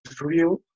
real